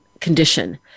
condition